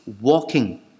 walking